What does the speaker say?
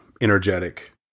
energetic